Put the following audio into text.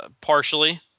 partially